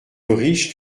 riche